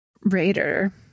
raider